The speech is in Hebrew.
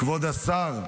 כבוד השר,